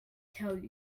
tell